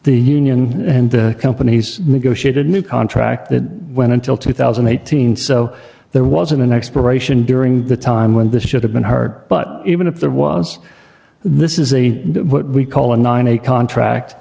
the union and the companies negotiated a new contract that went until two thousand and eighteen so there wasn't an expiration during the time when this should have been heard but even if there was this is a what we call a nine a contract